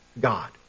God